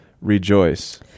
rejoice